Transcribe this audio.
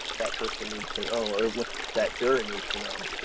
that person needs to know or what that juror needs to know,